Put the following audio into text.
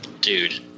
Dude